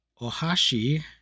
Ohashi